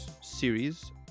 series